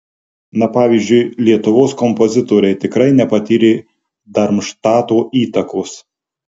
na pavyzdžiui lietuvos kompozitoriai tikrai nepatyrė darmštato įtakos